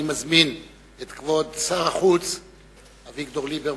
אני מזמין את כבוד שר החוץ אביגדור ליברמן.